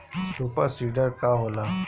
Super seeder का होला?